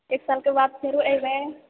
एक सालके बाद फेरो अइबै